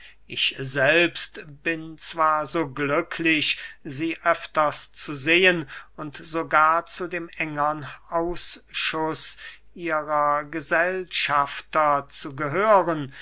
ich selbst bin zwar so glücklich sie öfters zu sehen und sogar zu dem engern ausschuß ihrer gesellschafter zu gehören